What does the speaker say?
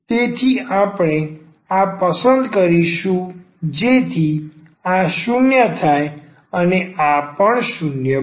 તેથી આપણે આ પસંદ કરીશું જેથી આ 0 થાય અને આ પણ 0 બને